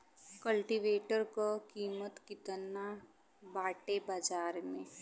कल्टी वेटर क कीमत केतना बाटे बाजार में?